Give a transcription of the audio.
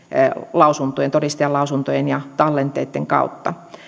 todistajanlausuntojen ja tallenteitten kautta